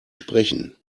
sprechen